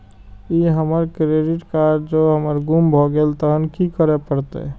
ई हमर credit card जौं हमर गुम भ गेल तहन की करे परतै?